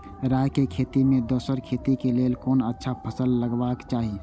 राय के खेती मे दोसर खेती के लेल कोन अच्छा फसल लगवाक चाहिँ?